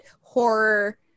horror